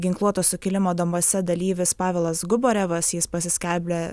ginkluoto sukilimo donbase dalyvis pavelas gubarevas jis pasiskelbė